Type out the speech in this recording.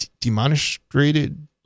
demonstrated